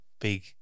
big